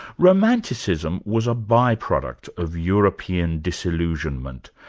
romanticism was a by product of european disillusionment